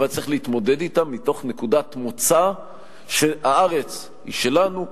אבל צריך להתמודד אתם מתוך נקודת מוצא שהארץ היא שלנו,